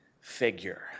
figure